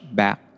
back